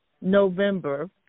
november